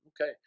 Okay